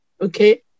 Okay